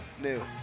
new